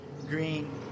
green